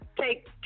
take